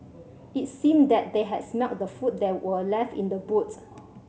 it seemed that they had smelt the food that were left in the boots